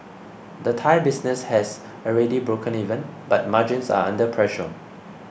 the Thai business has already broken even but margins are under pressure